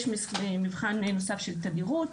ויש מבחן נוסף של תדירות.